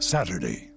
Saturday